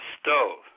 stove